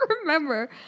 remember